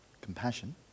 compassion